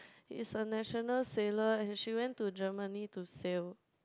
is a national seller and she went to Germany to sell